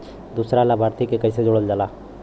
दूसरा लाभार्थी के कैसे जोड़ल जाला?